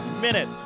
minute